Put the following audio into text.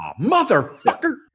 motherfucker